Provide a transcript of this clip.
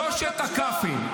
שלושת הכ"פים.